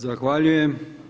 Zahvaljujem.